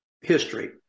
history